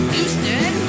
Houston